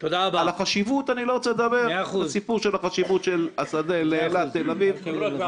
על הסיפור של החשיבות של השדה לאילת תל אביב אני לא רוצה לדבר,